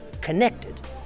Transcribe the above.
connected